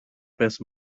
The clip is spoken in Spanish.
pez